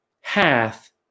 Hath